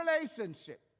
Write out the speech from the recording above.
relationship